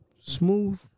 smooth